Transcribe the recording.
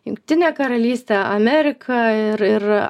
jungtinė karalystė amerika ir